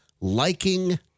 liking